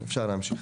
אפשר להמשיך.